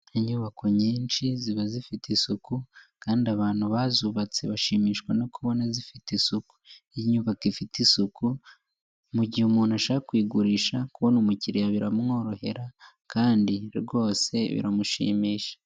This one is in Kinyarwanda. Inyubako nyinshi ziba zifite isuku kandi abantu bazubatse bashimishwa no kubona zifite isuku, iyo inyubako ifite isuku mu gihe umuntu ashaka kugurisha akubona umukiriya biramworohera kandi rwose biramushimisha.